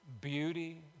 beauty